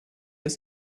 ist